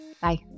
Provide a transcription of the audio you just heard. Bye